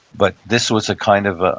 but this was a kind of, ah